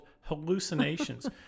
hallucinations